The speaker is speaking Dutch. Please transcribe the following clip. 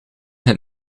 het